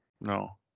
No